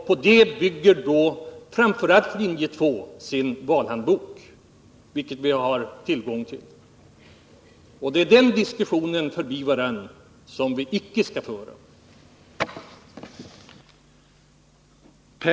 På det bygger då framför allt linje 2 sin valhandbok, som vi har tillgång till. Det är den diskussionen förbi varandra som vi icke skall ha.